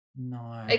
No